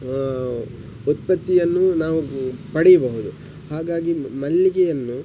ಉತ್ಪತ್ತಿಯನ್ನು ನಾವು ಪಡೀಬಹುದು ಹಾಗಾಗಿ ಮಲ್ಲಿಗೆಯನ್ನು